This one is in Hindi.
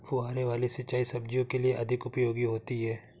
फुहारे वाली सिंचाई सब्जियों के लिए अधिक उपयोगी होती है?